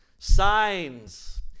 signs